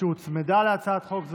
שהוצמדה להצעת חוק זאת.